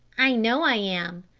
i know i am.